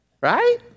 Right